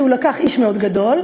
כי הוא לקח איש מאוד גדול,